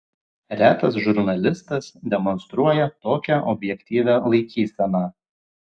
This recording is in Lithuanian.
retas žurnalistas demonstruoja tokią objektyvią laikyseną